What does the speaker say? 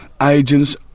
agents